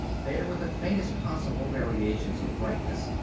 there were the faintest possible variations of brightness.